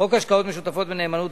חוק השקעות משותפות בנאמנות,